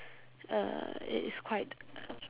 uh it is quite